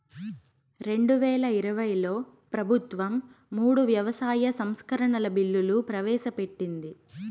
రెండువేల ఇరవైలో ప్రభుత్వం మూడు వ్యవసాయ సంస్కరణల బిల్లులు ప్రవేశపెట్టింది